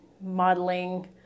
modeling